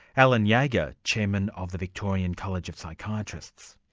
alan yeah jager, chairman of the victorian college of psychiatrists.